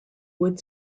wood